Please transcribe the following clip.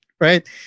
Right